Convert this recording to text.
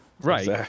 Right